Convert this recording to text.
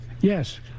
Yes